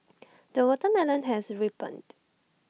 the watermelon has ripened